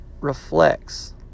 reflects